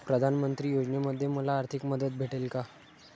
प्रधानमंत्री योजनेमध्ये मला आर्थिक मदत भेटेल का?